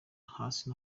hasi